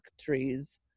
trees